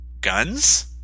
guns